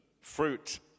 fruit